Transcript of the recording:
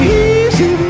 easy